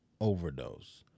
overdose